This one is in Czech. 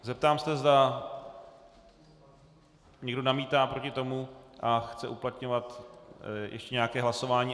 Zeptám se, zda někdo namítá proti tomu a chce uplatňovat ještě nějaké hlasování.